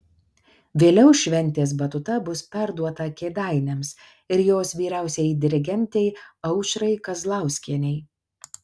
vėliau šventės batuta bus perduota kėdainiams ir jos vyriausiajai dirigentei aušrai kazlauskienei